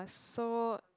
so